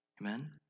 Amen